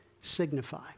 signify